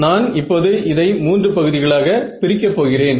நான் இப்போது இதை மூன்று பகுதிகளாக பிரிக்க போகிறேன்